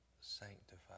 sanctify